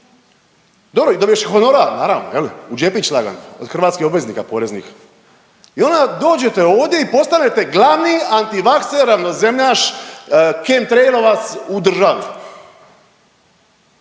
odrađeno, dobiješ i honorar naravno je li u džepić lagano od hrvatskih obveznika poreznih. I onda dođete ovdje i postanete glavni antivakser, ravnozemljaš, …/Govornik